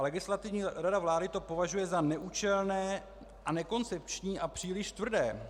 Legislativní rada vlády to považuje za neúčelné a nekoncepční a příliš tvrdé.